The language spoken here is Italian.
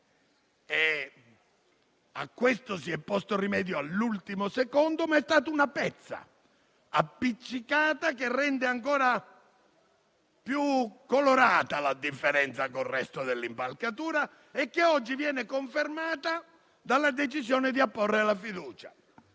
A questo si è posto rimedio all'ultimo secondo, ma è stata messa una pezza, che rende ancora più colorata la differenza con il resto dell'impalcatura e che oggi viene confermata dalla decisione di apporre la fiducia.